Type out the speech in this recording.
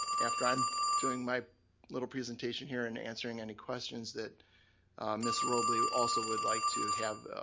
after i'm doing my little presentation here and answering any questions that mrs. robley also would like to have